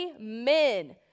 amen